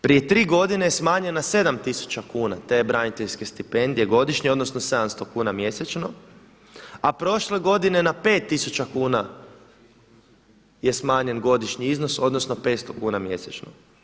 Prije tri godine je smanjena na 7000 kuna te braniteljske stipendije godišnje, odnosno 700 kuna mjesečno, a prošle godine na 5000 kuna je smanjen godišnji iznos odnosno 500 kuna mjesečno.